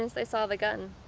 and they saw the gun.